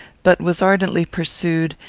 but was ardently pursued,